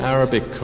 Arabic